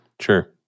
sure